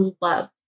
love